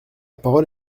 parole